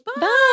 Bye